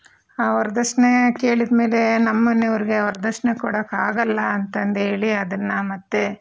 ವರದಕ್ಷಿಣೆ ಕೇಳಿದ್ಮೇಲೆ ನಮ್ಮನೆಯವ್ರಿಗೆ ವರದಕ್ಷಿಣೆ ಕೊಡೋಕ್ಕೆ ಆಗಲ್ಲ ಅಂತಂದು ಹೇಳಿ ಅದನ್ನು ಮತ್ತೆ